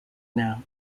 now